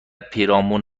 پیرامون